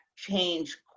change